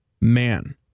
Man